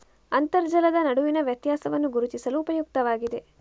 ಅಂತರ್ಜಲದ ನಡುವಿನ ವ್ಯತ್ಯಾಸವನ್ನು ಗುರುತಿಸಲು ಉಪಯುಕ್ತವಾಗಿದೆ